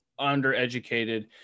undereducated